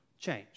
change